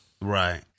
Right